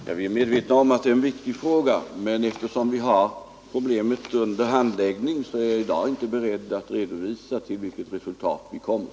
Herr talman! Vi är medvetna om att det är en viktig fråga, men eftersom vi har problemet under handläggning är jag i dag inte beredd att redovisa till vilket resultat vi kommer.